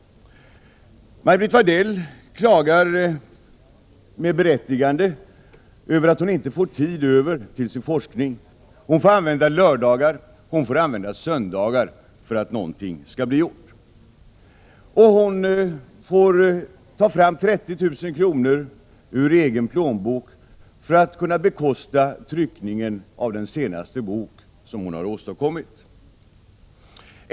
Maj-Brit Wadell klagar, med berättigande, över att hon inte får tid över till sin forskning. Hon får använda lördagar och söndagar för att någonting skall bli gjort. Hon får ta fram 30 000 kr. ur egen plånbok för att kunna bekosta tryckningen av den senaste bok som hon har åstadkommit.